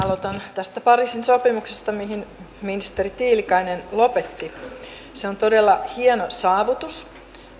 tästä pariisin sopimuksesta mihin ministeri tiilikainen lopetti se on todella hieno saavutus